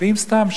ואם סתם,